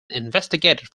investigated